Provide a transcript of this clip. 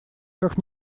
как